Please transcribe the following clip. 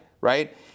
right